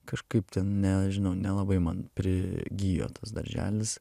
kažkaip nežinau nelabai man prigijo tas darželis